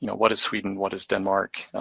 you know what is sweden, what is denmark,